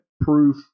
proof